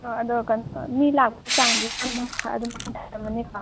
ꯑꯗꯣ ꯃꯤ ꯂꯥꯛꯄꯩ ꯆꯥꯡꯗꯤ ꯑꯗꯨꯝ ꯍꯟꯊꯔꯝꯃꯅꯤꯀꯣ